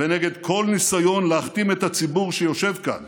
ונגד כל ניסיון להכתים את הציבור שיושב כאן